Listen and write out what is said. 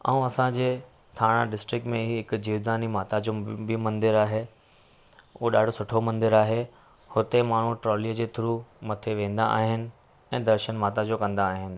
ऐं असांजे ठाणे डिस्ट्रिक्ट में ई हिकु जिवदानी माता जो बि मंदरु आहे उहो ॾाढो सुठो मंदरु आहे हुते माण्हू ट्रॉली जे थ्रू मथे वेंदा आहिनि ऐं दर्शन माता जो कंदा आहिनि